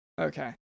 Okay